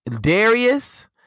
Darius